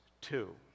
two